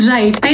Right